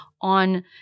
on